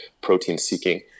protein-seeking